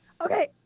Okay